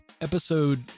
Episode